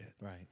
Right